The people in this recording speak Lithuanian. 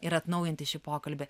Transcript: ir atnaujinti šį pokalbį